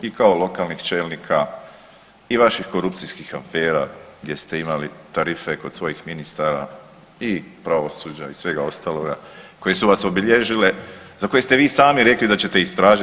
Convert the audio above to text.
I kao lokalnih čelnika i vaših korupcijskih afera gdje ste imali tarife kod svojih ministara i pravosuđa i svega ostaloga koje su vas obilježile, za koje ste vi sami rekli da ćete ih istražiti.